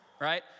right